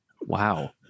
wow